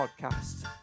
podcast